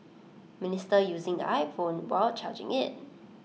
minister using the iPhone while charging IT